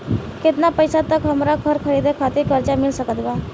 केतना पईसा तक हमरा घर खरीदे खातिर कर्जा मिल सकत बा?